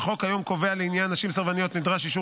החוק כיום קובע כי לעניין נשים סרבניות נדרש אישור